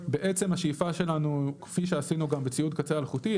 בעצם השאיפה שלנו כפי שעשינו גם בציוד קצה אלחוטי,